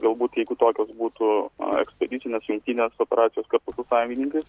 galbūt jeigu tokios būtų ekspedicinės jungtinės operacijos kartu su sąjungininkais